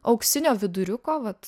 auksinio viduriuko vat